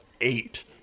eight